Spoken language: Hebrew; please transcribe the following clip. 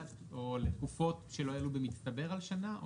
על או לתקופות שלא יעלו במצטבר על שנה?